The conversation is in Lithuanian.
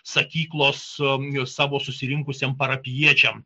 sakyklos savo susirinkusiem parapijiečiam